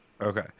Okay